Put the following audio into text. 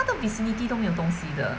它的 vicinity 都没有东西的